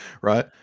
right